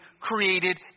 created